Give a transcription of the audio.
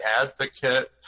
advocate